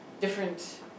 different